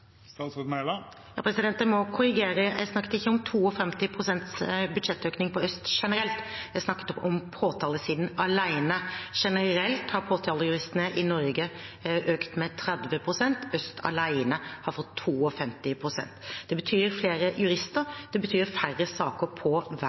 må korrigere: Jeg snakket ikke om 52 pst. budsjettøkning til Øst politidistrikt generelt. Jeg snakket om påtalesiden alene. Generelt har påtalejuristene i Norge økt med 30 pst. Øst politidistrikt alene har fått 52 pst. Det betyr flere